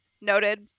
noted